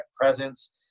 presence